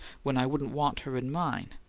when i wouldn't want her in mine.